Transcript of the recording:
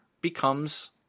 becomes